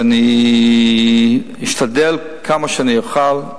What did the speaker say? ואני אשתדל כמה שאני אוכל.